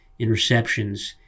interceptions